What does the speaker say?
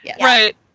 Right